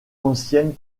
ancienne